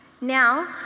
Now